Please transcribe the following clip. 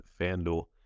FanDuel